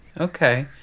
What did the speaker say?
Okay